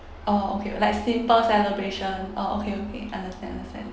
orh okay like simple celebration orh okay okay understand understand